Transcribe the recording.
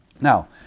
Now